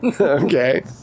Okay